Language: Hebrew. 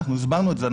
אנחנו הסברנו את זה.